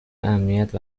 امنیت